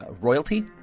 royalty